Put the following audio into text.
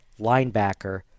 linebacker